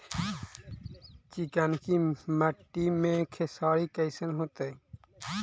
चिकनकी मट्टी मे खेसारी कैसन होतै?